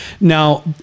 Now